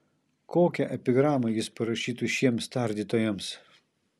kokią epigramą jis parašytų šiems tardytojams